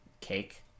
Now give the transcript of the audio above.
cake